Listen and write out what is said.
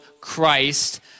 Christ